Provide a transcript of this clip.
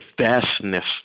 vastness